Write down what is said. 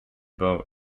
boat